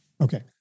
Okay